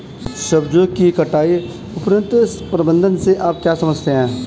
सब्जियों की कटाई उपरांत प्रबंधन से आप क्या समझते हैं?